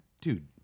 Dude